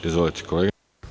Izvolite, kolega.